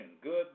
good